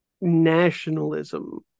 nationalism